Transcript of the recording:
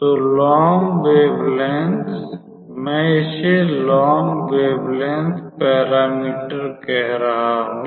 तो long wavelength मै इसे लोंग वेवलेंथ पैरामीटर कह रहा हूँ